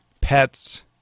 pets